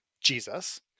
Jesus